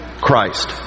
Christ